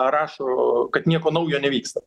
rašo kad nieko naujo nevyksta